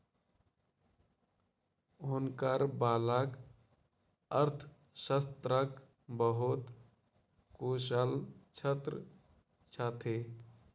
हुनकर बालक अर्थशास्त्रक बहुत कुशल छात्र छथि